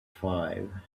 five